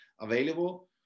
available